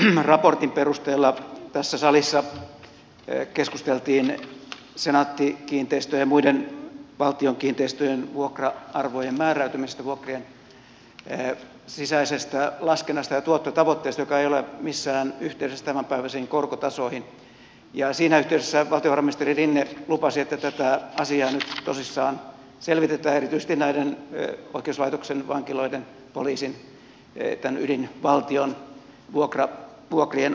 tarkastusvaliokunnan raportin pohjalta tässä salissa keskusteltiin senaatti kiinteistöjen ja muiden valtion kiinteistöjen vuokra arvojen määräytymisestä vuokrien sisäisestä laskennasta ja tuottotavoitteesta joka ei ole missään yhteydessä tämänpäiväisiin korkotasoihin ja siinä yhteydessä valtiovarainministeri rinne lupasi että tätä asiaa nyt tosissaan selvitetään erityisesti oikeuslaitoksen vankiloiden poliisin tämän ydinvaltion vuokrien osalta